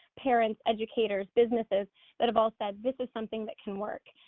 parents, educators, businesses that have all said this is something that can work.